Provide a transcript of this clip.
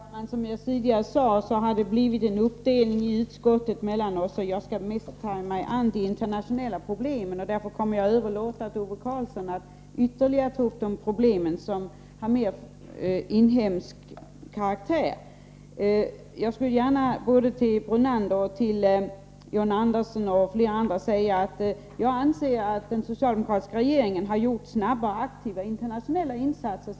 Herr talman! Som jag tidigare sade har vi gjort en uppdelning mellan oss socialdemokrater i utskottet. Jag skall mest ta mig an de internationella problemen, och därför överlåter jag åt Ove Karlsson att ytterligare beröra de problem som har mer inhemsk karaktär. Både till Lennart Brunander och John Andersson och till flera andra vill jag gärna säga att jag anser att den socialdemokratiska regeringen sedan den tillträdde har gjort snabba aktiva internationella insatser.